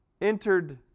entered